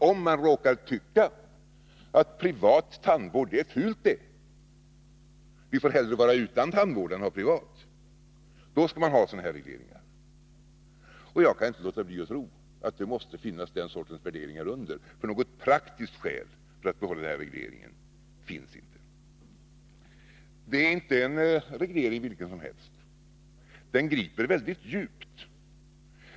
Om man råkar tycka att privat tandvård är fult och att vi hellre skall vara utan tandvård än anlita privatpraktiker, då skall man införa sådana här regleringar. Jag kan inte låta bli att tro att den sortens värderingar måste ligga under. Något praktiskt skäl för att behålla denna reglering finns inte. Det är inte fråga om en reglering vilken som helst. Den går väldigt djupt.